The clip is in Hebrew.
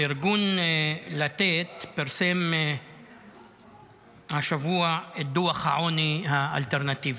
ארגון לתת פרסם השבוע את דוח העוני האלטרנטיבי.